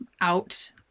out